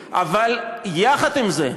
אבל, יחד עם זה,